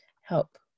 help